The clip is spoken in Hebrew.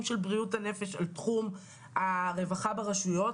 של בריאות הנפש על תחום הרווחה ברשויות,